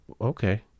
okay